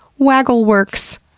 waggle works.